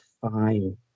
fine